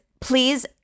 please